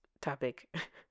topic